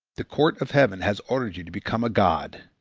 the court of heaven has ordered you to become a god